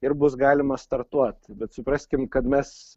ir bus galima startuot bet supraskim kad mes